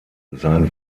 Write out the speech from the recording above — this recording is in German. sein